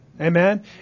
Amen